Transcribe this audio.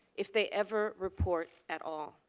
if they ever report at all.